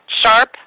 sharp